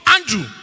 Andrew